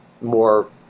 more